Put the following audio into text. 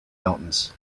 mountains